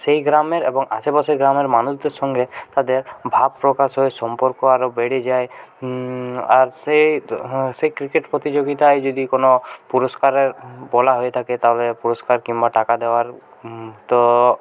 সেই গ্রামের এবং আশেপাশের গ্রামের মানুষদের সঙ্গে তাদের ভাব প্রকাশ হয়ে সম্পর্ক আরও বেড়ে যায় আর সে সেই ক্রিকেট প্রতিযোগিতায় যদি কোনো পুরস্কারের বলা হয়ে থাকে তাহলে পুরস্কার কিংবা টাকা দেওয়ার তো